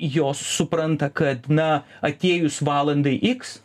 jos supranta kad na atėjus valandai iks